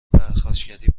پرخاشگری